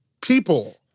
people